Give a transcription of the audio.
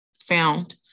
found